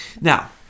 Now